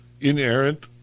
inerrant